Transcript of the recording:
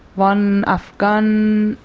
one afghan